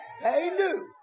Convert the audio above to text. Amen